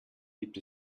gibt